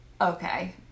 Okay